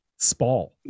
spall